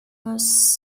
was